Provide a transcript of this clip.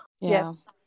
Yes